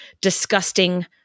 disgusting